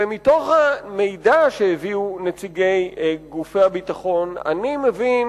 ומתוך המידע שהביאו נציגי גופי הביטחון אני מבין